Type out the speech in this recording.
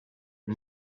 and